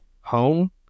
home